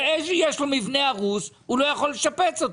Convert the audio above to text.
ויש לו מבנה הרוס שהוא לא יכול לשפץ אותו?